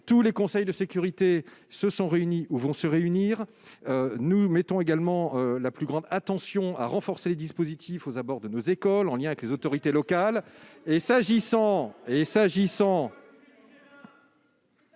Tous les conseils de sécurité se sont réunis ou vont se réunir. Nous portons la plus grande attention à renforcer les dispositifs aux abords de nos écoles, en lien avec les autorités locales. Ce n'est